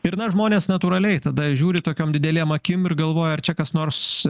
ir na žmonės natūraliai tada žiūri tokiom didelėm akim ir galvoja ar čia kas nors